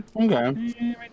Okay